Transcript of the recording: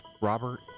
Robert